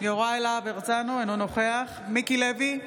אינו נוכח מיקי לוי,